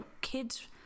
kids